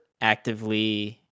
actively